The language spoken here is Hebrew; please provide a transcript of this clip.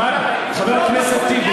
הממשלה שלך